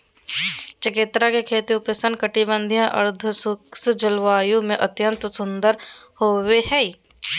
चकोतरा के खेती उपोष्ण कटिबंधीय, अर्धशुष्क जलवायु में अत्यंत सुंदर होवई हई